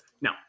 now